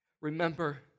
Remember